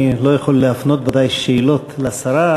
אני ודאי לא יכול להפנות שאלות לשרה,